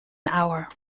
hour